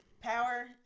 power